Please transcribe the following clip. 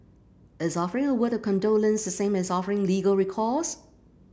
is offering a word of condolence the same as offering legal recourse